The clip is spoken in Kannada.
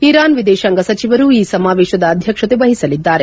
ಇರಾನ್ ವಿದೇಶಾಂಗ ಸಚಿವರು ಈ ಸಮಾವೇಶದ ಅಧ್ಯಕ್ಷತೆ ವಹಿಸಲಿದ್ದಾರೆ